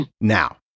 Now